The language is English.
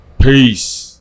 peace